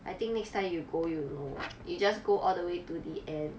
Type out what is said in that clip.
I think next time you go you know you just go all the way to the end